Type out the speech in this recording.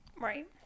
Right